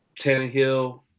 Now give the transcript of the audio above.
Tannehill